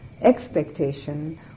expectation